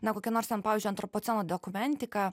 na kokia nors ten pavyzdžiui antropoceno dokumentika